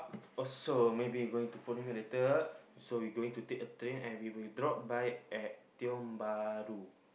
also maybe going to follow me later so we going to take a train and we will drop by at Tiong-Bahru